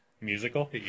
Musical